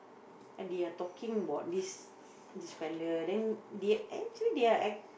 and they are talking bout this this fella then they actually they are ac~